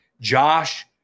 Josh